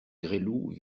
gresloup